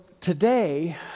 today